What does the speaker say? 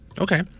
Okay